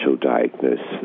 diagnosis